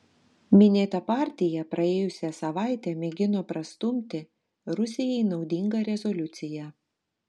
minėta partija praėjusią savaitę mėgino prastumti rusijai naudingą rezoliuciją